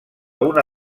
una